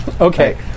Okay